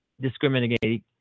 discriminating